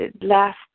last